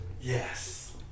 Yes